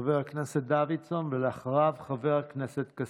חבר הכנסת דוידסון, ואחריו, חבר הכנסת כסיף.